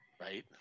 Right